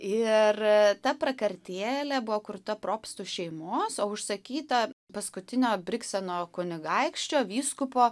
ir ta prakartėlė buvo kurta propstų šeimos o užsakyta paskutinio brikseno kunigaikščio vyskupo